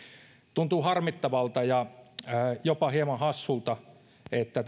tuntuu harmittavalta ja jopa hieman hassulta että